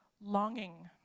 longing